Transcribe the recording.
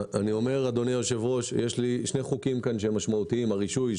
אדוני היושב-ראש ,יש לי שני חוקים משמעותיים כאן: הרישוי,